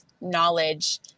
knowledge